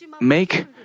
make